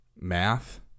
math